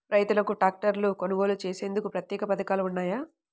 రైతులకు ట్రాక్టర్లు కొనుగోలు చేసేందుకు ప్రత్యేక పథకాలు ఉన్నాయా?